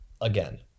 again